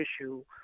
issue